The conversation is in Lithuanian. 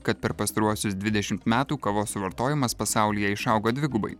kad per pastaruosius dvidešimt metų kavos suvartojimas pasaulyje išaugo dvigubai